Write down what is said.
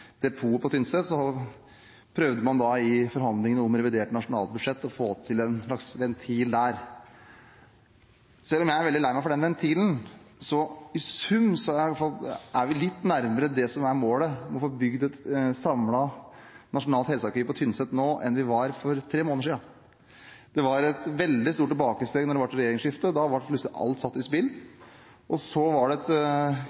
på Tynset, prøvde man i forhandlingene om revidert nasjonalbudsjett å få til en slags ventil der. Selv om jeg er veldig lei meg for den ventilen, er vi nå i hvert fall i sum litt nærmere det som er målet – å få bygd et samlet nasjonalt helsearkiv på Tynset – enn vi var for tre måneder siden. Det var et veldig stort tilbakeskritt da det ble regjeringsskifte. Da ble plutselig alt satt i